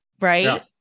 right